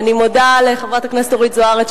אני מודה לחברת הכנסת אורית זוארץ,